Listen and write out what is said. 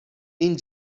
این